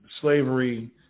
slavery